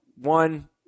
One